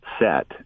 set